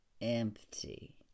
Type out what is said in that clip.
empty